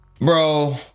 Bro